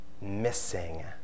missing